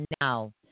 now